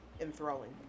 enthralling